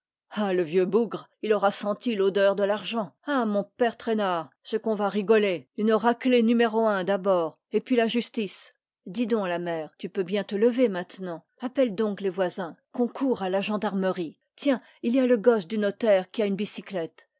ah le vieux bougre il aura senti l'odeur de l'argent ah mon père traînard ce qu'on va rigoler une raclée numéro un d'abord et puis la justice dis donc la mère tu peux bien te lever maintenant appelle donc les voisins qu'on coure à la gendarmerie tiens il y a le gosse du notaire qui a une bicyclette